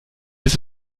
ist